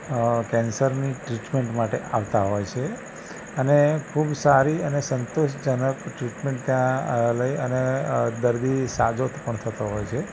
અ કૅન્સરની ટ્રીટમેન્ટ માટે આવતાં હોય છે અને ખૂબ સારી અને સંતોષજનક ટ્રીટમેન્ટ ત્યાં અ લઈ અને અ દર્દી સાજો પણ થતો હોય છે